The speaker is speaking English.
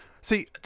See